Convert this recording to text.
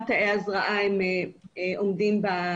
אני לא אומרת שאי-אפשר לעשות את זה,